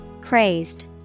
Crazed